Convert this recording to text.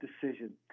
decision